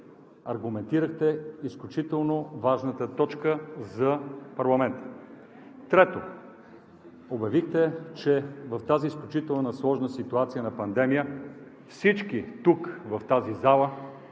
аргументирахте изключително важната точка за парламента?! Трето, обявихте, че в тази изключително сложна ситуация на пандемия всички тук в тази зала